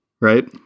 Right